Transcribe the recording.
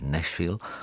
Nashville